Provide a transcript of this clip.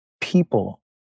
people